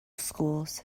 schools